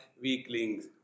weaklings